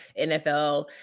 NFL